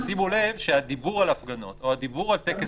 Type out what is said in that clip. שימו לב שהדיבור על הפגנות או הדיבור על טקס